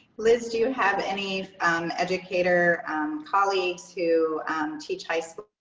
liz, do you have any educator colleagues who teach high school?